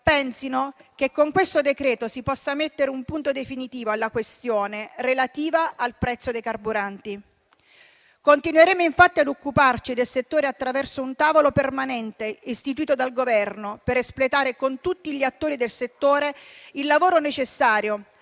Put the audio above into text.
pensino che con questo decreto-legge si possa mettere un punto definitivo alla questione relativa al prezzo dei carburanti. Continueremo infatti a occuparci del settore attraverso un tavolo permanente istituito dal Governo per espletare con tutti gli attori del settore l'attività necessaria